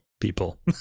people